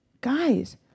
guys